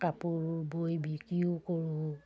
কাপোৰ বৈ বিক্ৰীও কৰোঁ